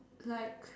like